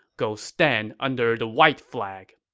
go stand under the white flag.